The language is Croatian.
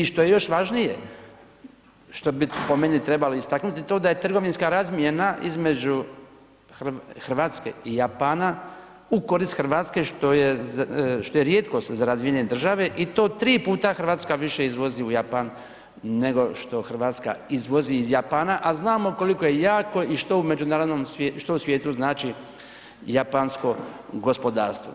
I što je još važnije, što bi po meni trebalo istaknuti to da je trgovinska razmjena između Hrvatske i Japana u korist Hrvatske što je rijetkost za razvijene države i to 3 puta Hrvatska više izvozi u Japan, nego što Hrvatska izvozi iz Japana, a znamo koliko je jako i što u međunarodnom svijetu, što u svijetu znači japansko gospodarstvo.